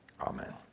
Amen